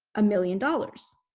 a million dollars.